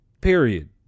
Period